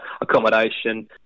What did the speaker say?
accommodation